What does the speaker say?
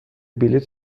بلیط